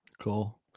Cool